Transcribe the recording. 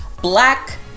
black